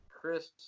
Chris